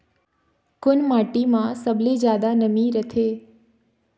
कोन माटी म सबले जादा नमी रथे?